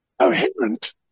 coherent